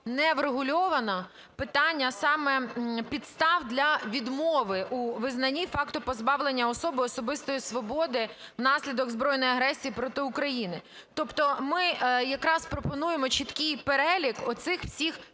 не врегульовано питання саме підстав для відмови у визнанні факту позбавлення особою особистої свободи внаслідок збройної агресії проти України. Тобто ми якраз пропонуємо чіткий перелік оцих всіх